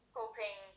hoping